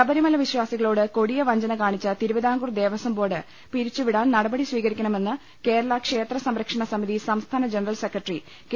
ശബരിമലവിശ്വാ സികളോട് കൊടിയ വഞ്ചന കാണിച്ച തിരുവിതാംകൂർ ദേവസ്വം ബോർഡ് പിരിച്ചു വിടാൻ നടപടി സ്വീകരിക്കണമെന്ന് കേരള ക്ഷേത്ര സംരക്ഷണ സമിതി സംസ്ഥാന ജനറൽ സെക്രട്ടറി കെ